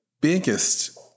biggest